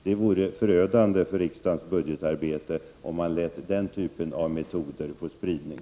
Det vore förödande för riksdagens budgetarbete om man lät den typen av metoder få spridning.